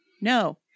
no